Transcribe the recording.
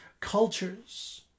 cultures